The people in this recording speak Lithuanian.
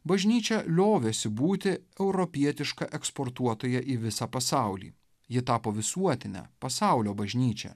bažnyčia liovėsi būti europietiška eksportuotoja į visą pasaulį ji tapo visuotine pasaulio bažnyčia